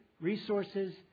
resources